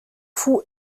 fou